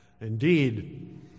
Indeed